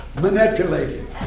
Manipulated